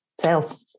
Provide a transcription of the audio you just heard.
sales